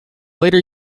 later